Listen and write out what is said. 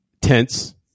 tense